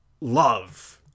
love